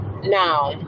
Now